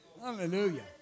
Hallelujah